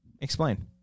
Explain